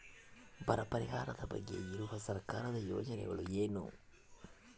ಬರ ಪರಿಹಾರದ ಬಗ್ಗೆ ಇರುವ ಸರ್ಕಾರದ ಯೋಜನೆಗಳು ಏನು?